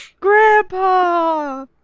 Grandpa